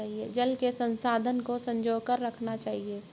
जल के संसाधन को संजो कर रखना चाहिए